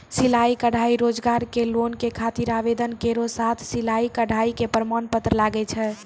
सिलाई कढ़ाई रोजगार के लोन के खातिर आवेदन केरो साथ सिलाई कढ़ाई के प्रमाण पत्र लागै छै?